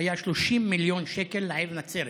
היה 30 מיליון שקל לעיר נצרת,